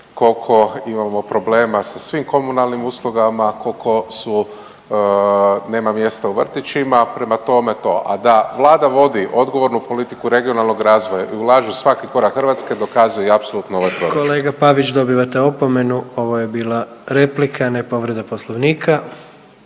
koliko imamo problema sa svim komunalnim uslugama, koliko su, nema mjesta u vrtićima, prema tome, to, a da Vlada vodi odgovornu politiku regionalnog razvoja i ulaže u svaki korak Hrvatske dokazuje i apsolutno ovaj proračun. **Jandroković, Gordan (HDZ)** Kolega Pavić, dobivate opomenu, ovo je bila replika, a ne povreda Poslovnika.